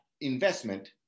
investment